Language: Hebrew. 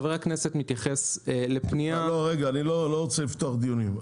חבר הכנסת מתייחס לפנייה --- אני לא רוצה לפתוח דיון.